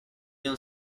non